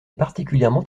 particulièrement